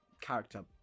character